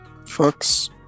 Fucks